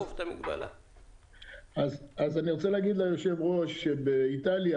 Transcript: אז אני רוצה להגיד ליושב-ראש שבאיטליה